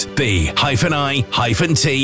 bit